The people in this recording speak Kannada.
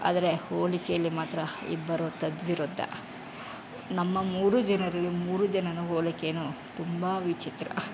ಆದರೆ ಹೋಲಿಕೆಯಲ್ಲಿ ಮಾತ್ರ ಇಬ್ಬರು ತದ್ವಿರುದ್ಧ ನಮ್ಮ ಮೂರು ಜನರಿಗೆ ಮೂರು ಜನರ ಹೋಲಿಕೆಯೂ ತುಂಬ ವಿಚಿತ್ರ